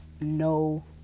No